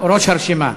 ראש הרשימה.